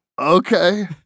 Okay